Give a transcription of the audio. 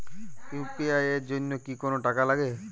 UPI এর জন্য কি কোনো টাকা লাগে?